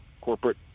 corporate